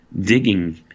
digging